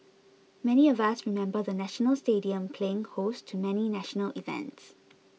many of us remember the National Stadium playing host to many national events